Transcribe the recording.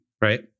right